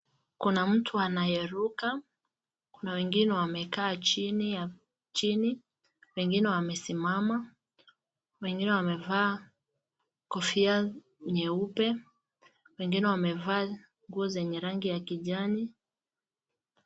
Kuna mtu anayeruka na wengine wamekaa chini ya chini, wengine wamesimama, wengine wamevaa kofia nyeupe . Wengine wamevaa nguo zenye rangi ya kijani.